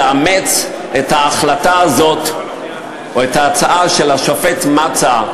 לאמץ את ההחלטה הזאת או את ההצעה של השופט מצא,